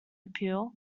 appeal